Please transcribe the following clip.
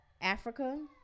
Africa